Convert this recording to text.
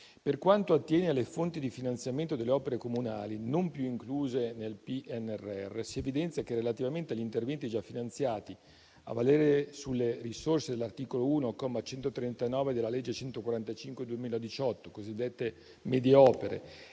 Per quanto attiene alle fonti di finanziamento delle opere comunali non più incluse nel PNRR, si evidenzia che relativamente agli interventi già finanziati a valere sulle risorse dell'articolo 1, comma 139, della legge n. 145 del 2018, cosiddette medie opere,